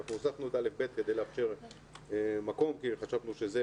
אנחנו הוספנו את כיתות א'-ב' כדי לאפשר מקום כי חשבנו שזה